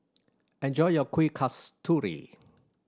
enjoy your Kuih Kasturi